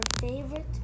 favorite